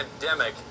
pandemic